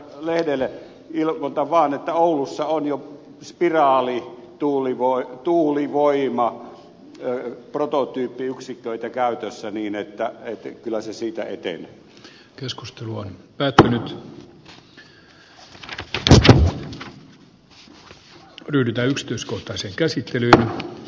lehdelle ilmoitan vaan että oulussa on job spiraalin tulivuorta tuulivoima jörg jo spiraalituulivoimaprototyyppiyksiköitä käytössä niin että kyllä se siitä etenee